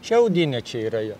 šiaudinė čia yra jo